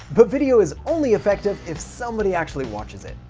but, video is only effective if somebody actually watches it.